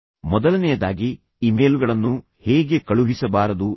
ಮೊದಲನೆಯದಾಗಿ ಇಮೇಲ್ಗಳನ್ನು ಹೇಗೆ ಕಳುಹಿಸಬಾರದು ಎಂಬುದು